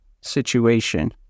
situation